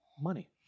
money